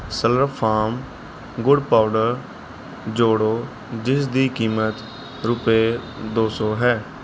Slurrp Farm ਗੁੜ powder ਜੋੜੋ ਜਿਸ ਦੀ ਕੀਮਤ ਰੁਪਏ ਦੋ ਸੌ ਹੈ